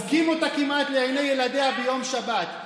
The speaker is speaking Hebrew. אוזקים אותה כמעט לעיני ילדיה ביום שבת.